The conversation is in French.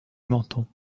menton